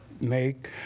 make